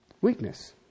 weakness